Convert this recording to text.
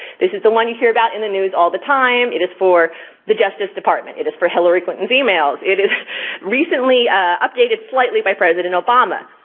this is the one you hear about in the news all the time. it is for the justice department, it is for hillary clinton's e-mails. it is recently updated slightly by president obama.